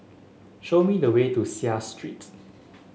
show me the way to Seah Street